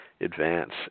advance